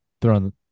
throwing